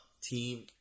team